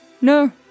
No